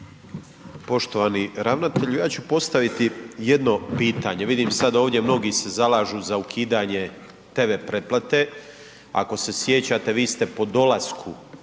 Poštovani ravnatelju. Ja ću postaviti jedno pitanje. Vidim sada ovdje mnogi se zalažu za ukidanje TV pretplate, ako s sjećate vi ste po svom dolasku